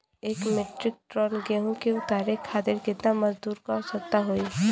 एक metric ton गेहूँ के उतारे खातीर कितना मजदूर क आवश्यकता होई?